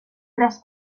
tres